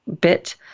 bit